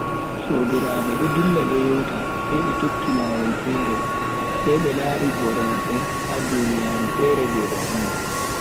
Sobiraabe do dilla do yewtan sai be tokki lawol fere, sai be lari hore mabbe ha duniyaaru fere je be anda.